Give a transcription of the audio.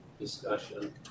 discussion